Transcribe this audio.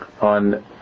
on